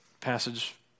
passage